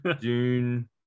Dune